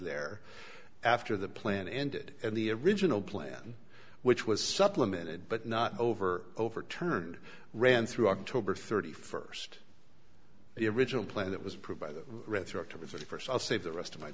there after the plan ended and the original plan which was supplemented but not over overturned ran through october thirty first the original plan that was provided read through october thirty first i'll save the rest of my